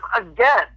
again